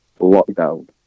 lockdown